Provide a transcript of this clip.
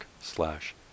slash